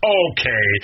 okay